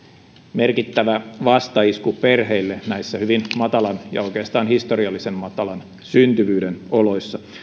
merkittävä vastaisku perheille näissä hyvin matalan oikeastaan historiallisen matalan syntyvyyden oloissa